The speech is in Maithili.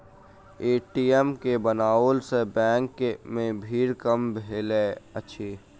ए.टी.एम के बनओला सॅ बैंक मे भीड़ कम भेलै अछि